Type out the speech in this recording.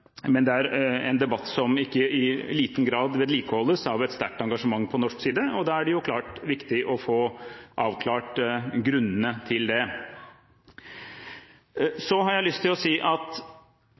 det er en debatt som ikke i liten grad vedlikeholdes av et sterkt engasjement på norsk side. Da er det klart viktig å få avklart grunnene til det. Så har jeg lyst til å si at vi er opptatt av det